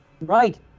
Right